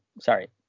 sorry